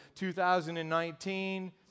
2019